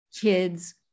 kids